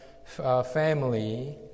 Family